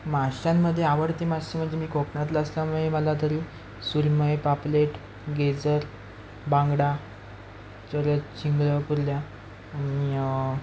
माशांमध्ये आवडते मासे म्हणजे मी कोकणातला असल्यामुळे मला तरी सुरमई पापलेट गेझर बांगडा परत चिंगळं कुर्ल्या